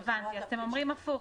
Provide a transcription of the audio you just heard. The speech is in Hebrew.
הבנתי, אז אתם אומרים הפוך.